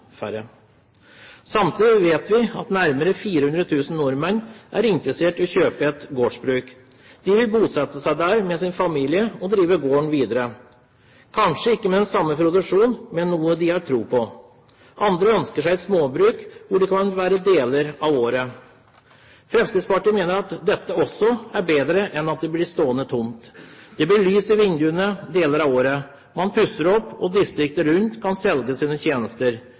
Samtidig vet vi at nærmere 400 000 nordmenn er interessert i å kjøpe et gårdsbruk. De vil bosette seg der med sin familie og drive gården videre – kanskje ikke med den samme produksjonen, men med noe de har tro på. Andre ønsker seg et småbruk hvor de kan være deler av året. Fremskrittspartiet mener at dette også er bedre enn at det blir stående tomt. Det blir lys i vinduene deler av året. Man pusser opp, og distriktet rundt kan selge sine tjenester